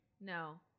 No